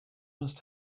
must